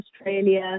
Australia